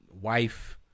wife